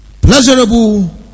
Pleasurable